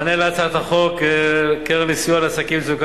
מענה על הצעת חוק קרן לסיוע לעסקים במצוקה,